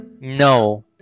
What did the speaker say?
No